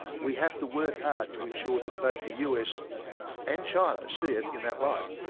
we have to work hard to ensure that both the us and china see it in that light!